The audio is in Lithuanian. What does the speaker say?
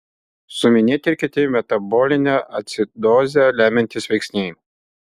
suminėti ir kiti metabolinę acidozę lemiantys veiksniai